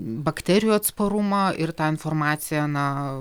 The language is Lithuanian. bakterijų atsparumą ir tą informaciją na